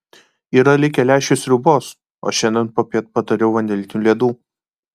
yra likę lęšių sriubos o šiandien popiet padariau vanilinių ledų